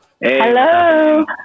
Hello